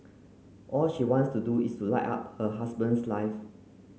all she wants to do is to light up her husband's life